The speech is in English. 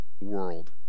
world